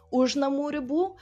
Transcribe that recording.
už namų ribų